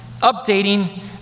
updating